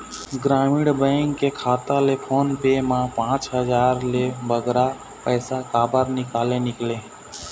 ग्रामीण बैंक के खाता ले फोन पे मा पांच हजार ले बगरा पैसा काबर निकाले निकले?